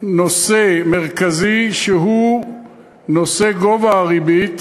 נושא מרכזי שהוא גובה הריבית,